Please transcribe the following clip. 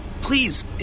Please